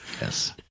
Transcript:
Yes